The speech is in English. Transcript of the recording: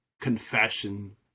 confession